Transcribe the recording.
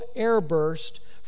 airburst